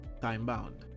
time-bound